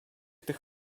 tych